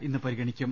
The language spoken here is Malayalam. ഇന്ന് പരിഗണിക്കും